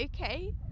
okay